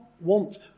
want